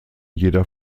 jeder